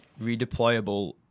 Redeployable